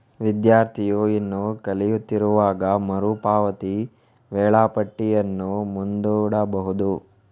ವಿದ್ಯಾರ್ಥಿಯು ಇನ್ನೂ ಕಲಿಯುತ್ತಿರುವಾಗ ಮರು ಪಾವತಿ ವೇಳಾಪಟ್ಟಿಯನ್ನು ಮುಂದೂಡಬಹುದು